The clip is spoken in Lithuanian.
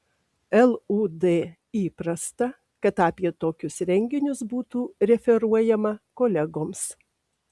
lud įprasta kad apie tokius renginius būtų referuojama kolegoms